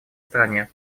стране